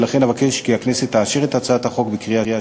ולכן אבקש כי הכנסת תאשר את הצעת החוק בקריאה